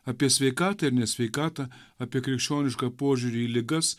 apie sveikatą ir nesveikatą apie krikščionišką požiūrį į ligas